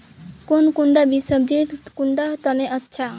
कौन कुंडा बीस सब्जिर कुंडा तने अच्छा?